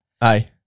Aye